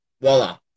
voila